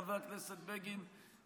חבר הכנסת בגין,